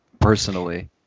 personally